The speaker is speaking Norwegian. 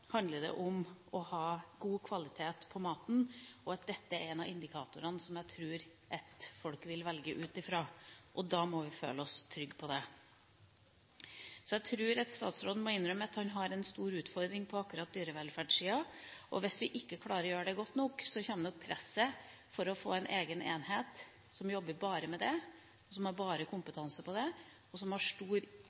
det handler om å ha god kvalitet på maten, og at dette er en av indikatorene som jeg tror folk vil velge ut fra. Da må vi føle oss trygge på det. Jeg tror statsråden må innrømme at han har en stor utfordring på akkurat dyrevelferdssida. Hvis vi ikke klarer å gjøre det godt nok, kommer nok presset for å få en egen enhet som jobber bare med det, som bare har kompetanse på det, og som har stor